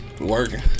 Working